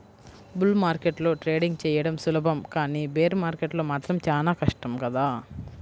bull మార్కెట్లో trading చెయ్యడం సులభం కానీ బేర్ మార్కెట్లో మాత్రం చానా కష్టం కదా